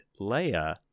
Leia